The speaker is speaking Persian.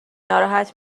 ناراحت